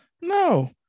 No